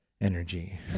energy